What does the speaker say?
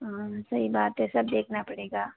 हाँ सही बात है सब देखना पड़ेगा